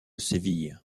séville